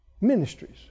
Ministries